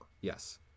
Yes